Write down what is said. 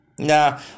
Nah